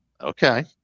Okay